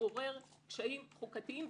מעורר קשיים חוקתיים.